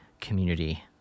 community